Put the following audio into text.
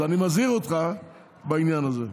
אז אני מזהיר אותך בעניין הזה.